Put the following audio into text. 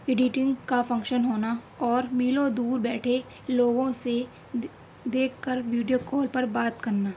editing کا function ہونا اور میلوں دور بیٹھے لوگوں سے دیکھ کر ویڈیو کال پر بات کرنا